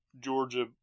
Georgia